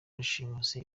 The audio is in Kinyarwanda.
rushimusi